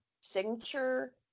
signature